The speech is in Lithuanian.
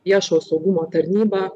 viešo saugumo tarnyba